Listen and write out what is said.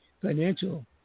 financial